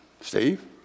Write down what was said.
Steve